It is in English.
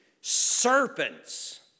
Serpents